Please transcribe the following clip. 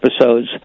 episodes